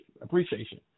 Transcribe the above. Appreciation